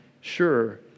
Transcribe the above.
sure